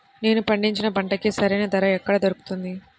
నేను పండించిన పంటకి సరైన ధర ఎక్కడ దొరుకుతుంది?